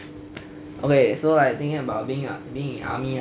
okay so like thinking about being in army ah